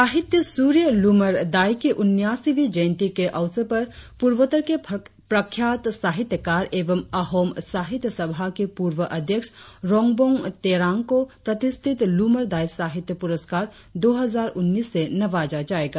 साहित्य सूर्य लूम्मर दाइ के उन्यासीवीं जयंती के अवसर पर पूर्वोत्तर के प्रख्यात साहित्यकार एवं अहोम साहित्य सभा के पूर्व अध्यक्ष रोंगबोंग तेरांग को प्रतिष्ठित लुम्मर दाइ साहित्य पुरस्कार दो हजार उन्नीस से नवाजा जाएगा